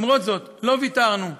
למרות זאת לא ויתרנו,